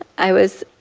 i was,